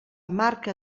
marca